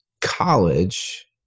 college